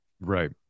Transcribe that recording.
Right